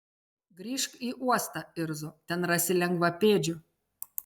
grįžk į uostą irzo ten rasi lengvapėdžių